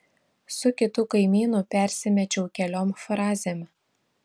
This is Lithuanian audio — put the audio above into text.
su kitu kaimynu persimečiau keliom frazėm